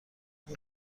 این